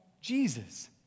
Jesus